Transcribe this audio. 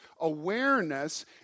awareness